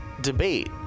debate